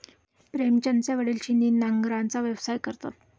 प्रेमचंदचे वडील छिन्नी नांगराचा व्यवसाय करतात